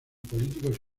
políticos